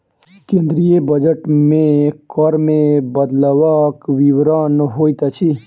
केंद्रीय बजट मे कर मे बदलवक विवरण होइत अछि